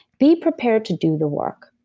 be prepared to do the work.